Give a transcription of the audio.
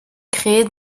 créées